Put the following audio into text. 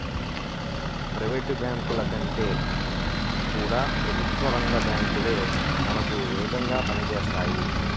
private బ్యాంకుల కంటే కూడా ప్రభుత్వ రంగ బ్యాంకు లే మనకు వేగంగా పని చేస్తాయి